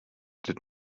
did